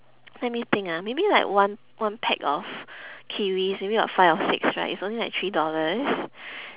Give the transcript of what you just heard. let me think ah maybe like one one pack of kiwis maybe got five or six right it's only like three dollars